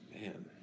man